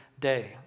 day